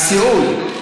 הסיעוד.